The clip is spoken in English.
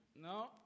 No